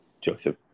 Joseph